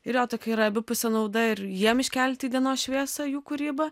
ir jo tokia yra abipusė nauda ir jiem iškelti į dienos šviesą jų kūrybą